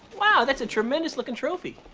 wow, that's a tremendous-lookin' trophy.